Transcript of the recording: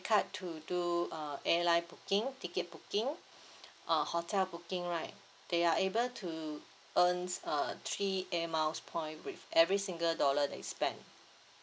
card to do uh airline booking ticket booking uh hotel booking right they are able to earns uh three airmiles point with every single dollar they spent